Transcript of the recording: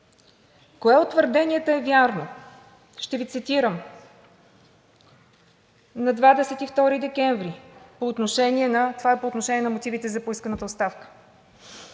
кое от твърденията е вярно? Ще Ви цитирам – това е по отношение на мотивите за поисканата оставка,